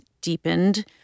deepened